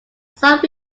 sought